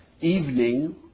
evening